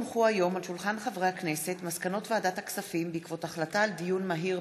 הונחו היום על שולחן הכנסת מסקנות ועדת הכספים בעקבות דיון מהיר